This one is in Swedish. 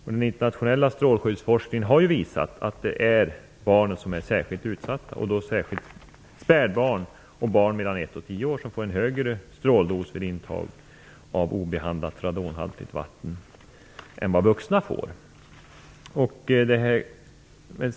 Den internationella strålskyddsforskningen har visat att det är barnen som är särskilt utsatta, särskilt spädbarn och barn mellan 1 och 10 år som får en större stråldos vid intag av obehandlat radonhaltigt vatten än vad vuxna får.